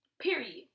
Period